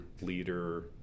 leader